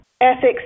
ethics